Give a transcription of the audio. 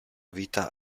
vita